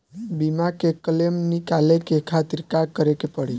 बीमा के क्लेम निकाले के खातिर का करे के पड़ी?